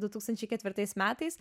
du tūkstančiai ketvirtais metais